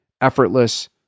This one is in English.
effortless